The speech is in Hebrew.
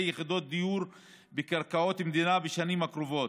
יחידות דיור בקרקעות מדינה בשנים הקרובות.